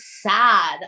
sad